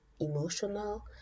emotional